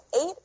eight